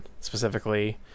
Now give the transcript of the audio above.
specifically